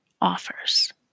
offers